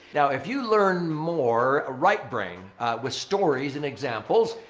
now, if you learn more ah right brain with stories and examples,